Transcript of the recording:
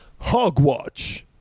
Hogwatch